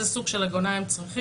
אז איזו סוג של הגנה הם צריכים?